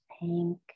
pink